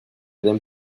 den